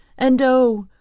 and oh!